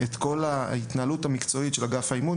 את כל ההתנהלות המקצועית של ענף האימון,